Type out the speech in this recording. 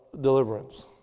deliverance